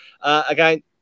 Again